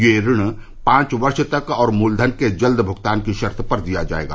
यह ऋण पांच वर्ष तक और मूलधन के जल्द भुगतान की शर्त पर दिया जाएगा